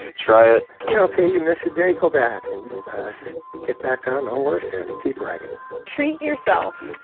and try it you know ok, you miss a day. go back and just get back on the horse and and keep riding treat yourself.